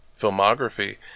filmography